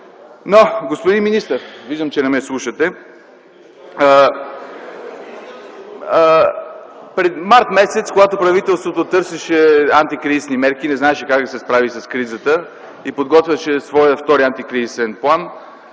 Господин министър, виждам, че не ме слушате. През м. март т.г., когато правителството търсеше антикризисни мерки, не знаеше как да се справи с кризата и подготвяше своя втори антикризисен план,